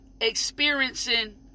experiencing